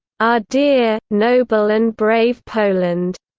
our dear, noble and brave poland.